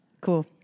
Cool